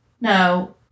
No